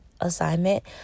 assignment